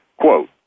Quote